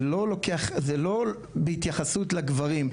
זה לא בהתייחסות לגברים.